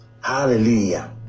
Hallelujah